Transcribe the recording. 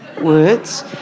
words